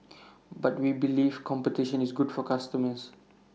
but we believe competition is good for customers